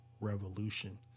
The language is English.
revolution